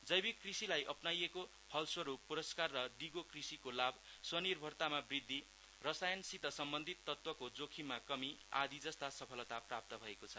जैविक कृषिलाई अप्नाइएको फलस्वरूप पुरस्कार र दिगो कृषिको लाभ स्वनिर्भरतामा वृद्धि रशायनसित सम्बन्धित तत्वको जोखिममा कमि आदि जस्ता सफलता प्राप्त भएको छ